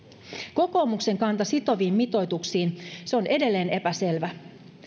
kokoomuksen kanta sitoviin mitoituksiin on edelleen epäselvä